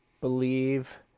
believe